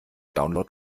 download